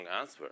answer